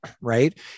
right